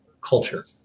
culture